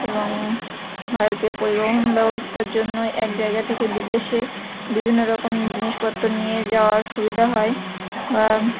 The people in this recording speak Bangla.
এবং ভারতীয় পরিবহন ব্যবস্থার জন্যই এক জায়গা থেকে বিদেশে বিভিন্ন রকম জিনিসপত্র নিয়ে যাওয়ার সুবিধা হয় বা